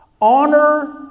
Honor